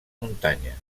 muntanya